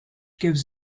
gives